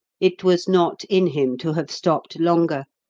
it was not in him to have stopped longer,